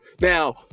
Now